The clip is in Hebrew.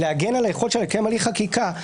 להגן על היכולת לקיים הליך חקיקה,